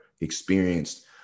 experienced